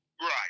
right